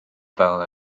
fel